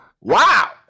Wow